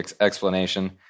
explanation